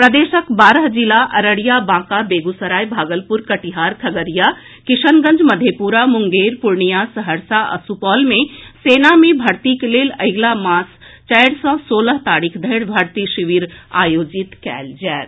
प्रदेशक बारह जिला अररिया बांका बेगूसराय भागलपुर कटिहार खगड़िया किशनगंज मधेपुरा मुंगेर पूर्णिया सहरसा आ सुपौल मे सेना मे भर्तीक लेल अगिला मास चारि सँ सोलह तारीख धरि भर्ती शिविर आयोजित कयल जायत